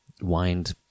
wind